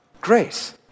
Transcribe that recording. grace